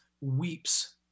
weeps